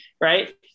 right